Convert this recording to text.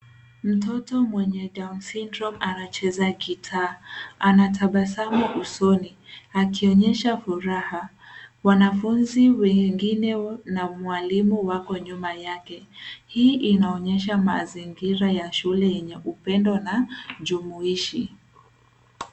Mtoto mwenye down syndrome anacheza gitaa. Anatabasamu usoni, akionyesha furaha. Wanafunzi wengine na mwalimu wako nyuma yake. Hii inaonyesha mazingira ya shule yenye upendo na jumuhishi.